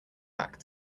back